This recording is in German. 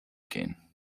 gehen